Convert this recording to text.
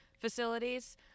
facilities